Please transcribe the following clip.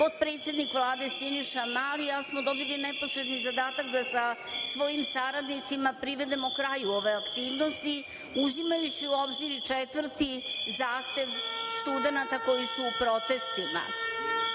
potpredsednik Vlade, Siniša Mali, ali smo dobili neposredni zadatak da sa svojim saradnicima privedemo kraju ove aktivnosti, uzimajući u obzir i četvrti zahtev studenata koji su u protestima.